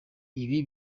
ibi